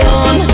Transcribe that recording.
on